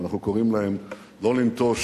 ואנחנו קוראים להם לא לנטוש